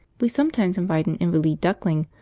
we sometimes invite an invaleed duckling,